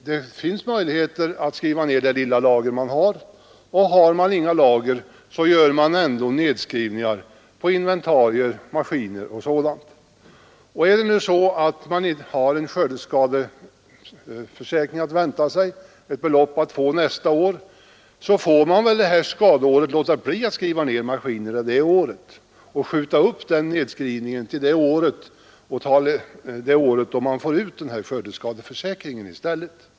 Det finns ju möjligheter att skriva ned det lilla lager man har, och har man inget lager gör man ändå nedskrivningar på inventarier och maskiner. Och om någon väntar ersättning från skördeskadeförsäkringen nästa år, så får han låta bli att skadeåret skriva ned maskinerna och skjuta upp den saken till det året då han får ut skördeskadeersättningen.